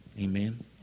Amen